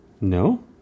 No